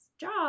job